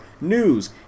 news